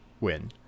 win